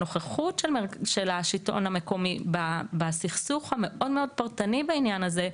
הנוכחות של השלטון המקומי בסכסוך המאוד מאוד פרטני בעניין הזה,